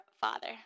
Father